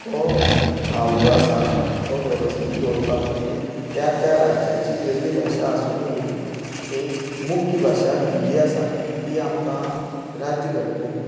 तो भाव जो आसा तो वेवस्थीत दवरपा खातीर त्या त्या राज्याची वेगळी भाशा आसुनय एक मुख्य भाशा हिंदी आसा ती आमकां राज्य घटनेन